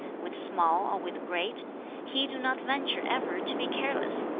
with small or with great he do not venture ever to be careless,